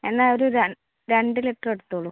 എന്നാ ഒരു രണ്ടു ലിറ്റർ എടുത്തോളൂ